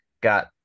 got